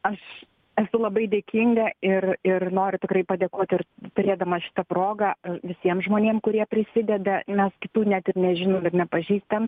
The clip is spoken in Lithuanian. aš esu labai dėkinga ir ir noriu tikrai padėkot ir turėdama šitą progą visiem žmonėm kurie prisideda mes kitų net ir nežinom ir nepažįstam